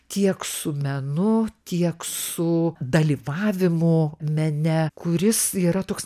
tiek su menu tiek su dalyvavimu mene kuris yra toks